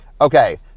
Okay